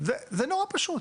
זה נורא פשוט.